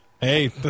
hey